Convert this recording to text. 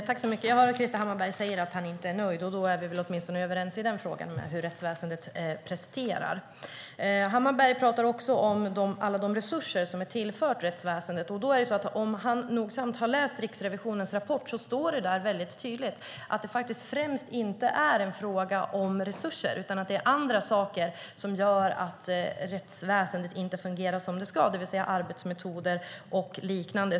Herr talman! Jag hör att Krister Hammarbergh säger att han inte är nöjd. Då är vi väl åtminstone överens i den frågan - hur rättsväsendet presterar. Hammarbergh talar också om alla de resurser som är tillförda rättsväsendet. Om han nogsamt har läst Riksrevisionens rapport ser han att det tydligt står där att det främst inte är en fråga om resurser. Det är andra saker som gör att rättsväsendet inte fungerar som det ska, det vill säga arbetsmetoder och liknande.